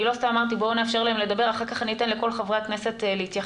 אני לא סתם אמרתי בואו נאפשר להם לדבר ואחר כך אני אתן לכל